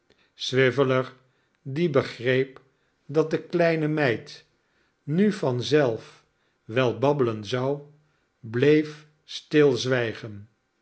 swiveller die begreep dat de kleine meid nu van zelf wel babbelen zou bleef